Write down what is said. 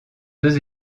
deux